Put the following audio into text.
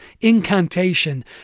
incantation